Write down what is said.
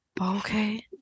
okay